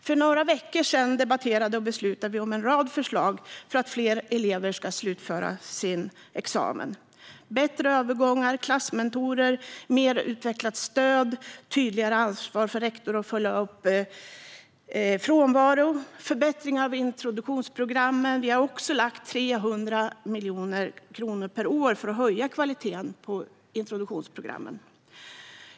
För några veckor sedan debatterade och beslutade vi om en rad förslag för att fler elever ska slutföra sin examen: bättre övergångar, klassmentorer, mer utvecklat stöd, tydligare ansvar för rektor att följa upp frånvaro och förbättring av introduktionsprogrammen. Vi har också lagt 300 miljoner kronor per år för att höja kvaliteten på introduktionsprogrammen.